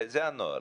זה הנוהל.